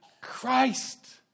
Christ